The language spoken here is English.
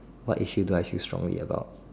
what is utilized used strongly about